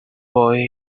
boy